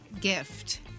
gift